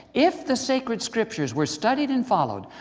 if the sacred scriptures were studied and followed,